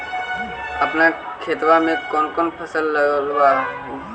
अपन खेतबा मे कौन कौन फसल लगबा हू?